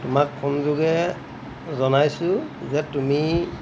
তোমাক ফোনযোগে জনাইছোঁ যে তুমি